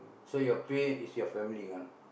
so your pay is your family one